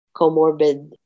comorbid